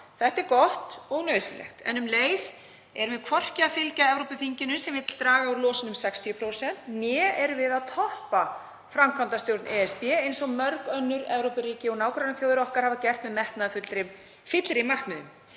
Þetta er gott og nauðsynlegt en um leið erum við hvorki að fylgja Evrópuþinginu sem vill draga úr losun um 60% né erum við að toppa framkvæmdastjórn ESB eins og mörg önnur Evrópuríki og nágrannaþjóðir okkar hafa gert með metnaðarfyllri markmiðum.